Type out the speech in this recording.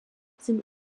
sind